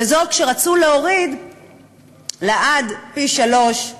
וזה כשרצו להוריד עד פי-שלושה